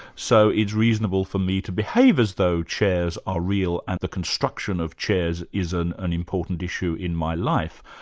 so it's reasonable for me to behave as though chairs are real and the construction of chairs is an an important issue in my life.